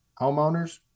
Homeowners